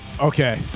Okay